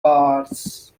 bars